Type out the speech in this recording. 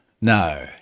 no